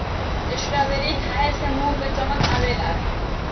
strawberry खाए से मुंह पे चमक आवेला